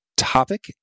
Topic